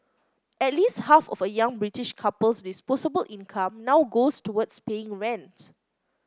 at least half of a young British couple's disposable income now goes towards paying rent